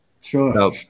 sure